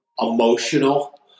emotional